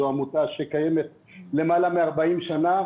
זו עמותה שקיימת למעלה מ-40 שנה.